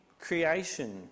creation